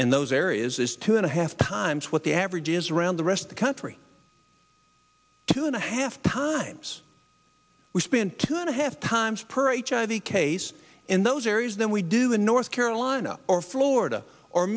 areas is two and a half times what the average is around the rest of the country two and a half times we spend two and a half times per each of the case in those areas than we do in north carolina or florida or